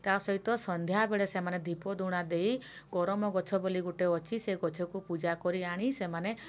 ତା' ସହିତ ସନ୍ଧ୍ୟାବେଳେ ସେମାନେ ଧୂପ ଝୁଣା ଦେଇ କରମ ଗଛ ଗୋଟେ ଅଛି ସେ ଗଛକୁ ପୂଜାକରି ଆଣି ସେମାନେ